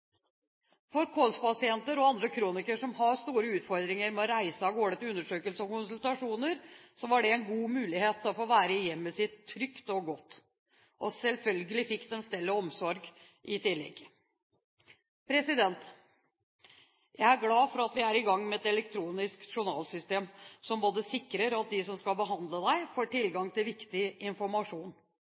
For KOLS-pasienter og andre kronikere, som har store utfordringer med å reise av gårde til undersøkelse og konsultasjoner, var det en mulighet til å få være i hjemmet sitt, der det var trygt og godt. Selvfølgelig fikk de stell og omsorg i tillegg. Jeg er glad for at vi er i gang med et elektronisk journalsystem som sikrer at de som skal behandle deg, får tilgang til viktig informasjon,